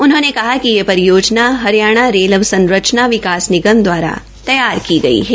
उन्होंने कहा कि यह परियोजना हरियाणा रेल अवसंरचना विकास निगम दवारा तैयार की गई है